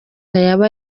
yaba